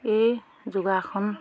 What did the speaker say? এই যোগাসন